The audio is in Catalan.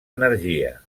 energia